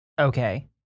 Okay